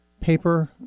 paper